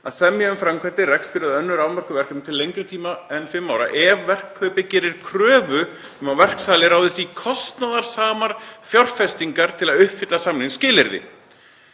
að semja um framkvæmdir, rekstur eða önnur afmörkuð verkefni til lengri tíma en fimm ára ef verkkaupi gerir kröfu um að verksali ráðist í kostnaðarsamar fjárfestingar til að uppfylla samningsskilyrði.“